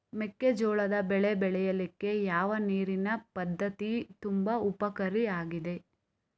ಮೆಕ್ಕೆಜೋಳದ ಬೆಳೆ ಬೆಳೀಲಿಕ್ಕೆ ಯಾವ ನೀರಿನ ಪದ್ಧತಿ ತುಂಬಾ ಉಪಕಾರಿ ಆಗಿದೆ?